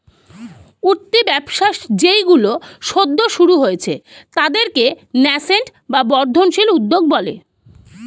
উঠতি ব্যবসা যেইগুলো সদ্য শুরু হয়েছে তাদেরকে ন্যাসেন্ট বা বর্ধনশীল উদ্যোগ বলে